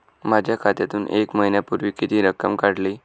माझ्या खात्यातून एक महिन्यापूर्वी किती रक्कम काढली?